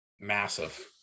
Massive